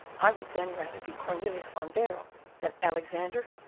i would then rather be cornelius van baerle than alexander,